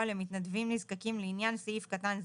למתנדבים נזקקים לעניין סעיף קטן זה,